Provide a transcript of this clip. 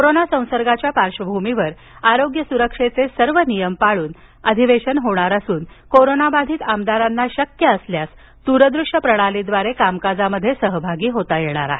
corona संसर्गाच्या पार्श्वभूमीवर आरोग्य सुरक्षेचे सर्व नियम पाळून अधिवेशन होणार असून कोरोनाबाधित आमदार त्यांना शक्य असल्यास दूर दृश्य प्रणालीद्वारे कामकाजात सहभागी होतं येणार आहे